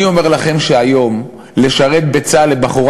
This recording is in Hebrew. אני אומר לכם שהיום הרבה יותר קל לבחורה